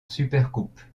supercoupe